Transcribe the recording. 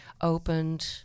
opened